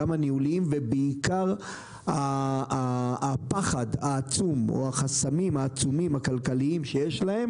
גם הניהוליים ובעיקר הפחד העצום או החסמים הכלכליים העצומים שיש להן